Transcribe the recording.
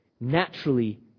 naturally